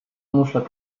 muszlę